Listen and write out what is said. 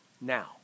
now